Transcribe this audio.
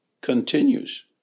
continues